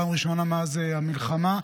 בפעם הראשונה מאז המלחמה,